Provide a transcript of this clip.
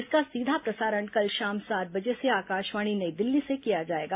इसका सीधा प्रसारण कल शाम सात बजे से आकाशवाणी नई दिल्ली से किया जाएगा